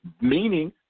meaning –